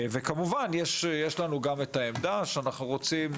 בנוסף, יש לנו כמובן גם את העמדה שאנחנו רוצים,